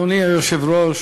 אדוני היושב-ראש,